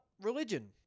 religion—